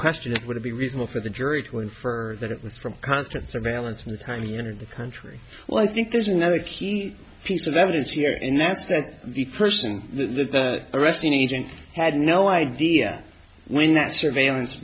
question is would it be reasonable for the jury to infer that it was from constant surveillance from the time he entered the country well i think there's another key piece of evidence here and that's that the person the arresting agent had no idea when that surveillance